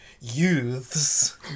youths